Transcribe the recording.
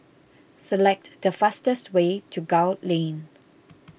select the fastest way to Gul Lane